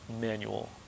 manual